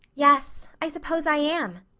yes, i suppose i am,